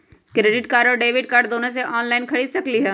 Credit card और debit card दोनों से ऑनलाइन खरीद सकली ह?